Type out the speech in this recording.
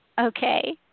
Okay